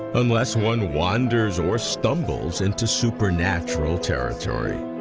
unless one wanders or stumbles into supernatural territory.